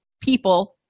people